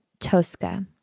Tosca